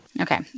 Okay